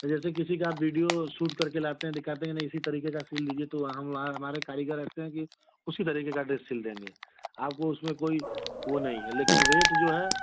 जैसे किसी का विडिओ शूट करके लाते हैं दिखाते हैं न इसी तरीके का सिल दीजिए तो हम वहाँ हमारे कारीगर ऐसे हैं कि उसी तरीके का ड्रेस सिल देंगे आपको उसमें कोई वह नहीं है लेकिन रेट जो है